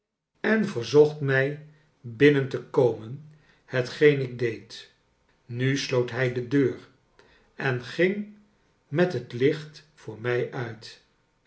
en verzocht mij binnen te komen hetgeen ik deed nu sloot hij de deur en ging met het licht voor mij uit